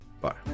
Bye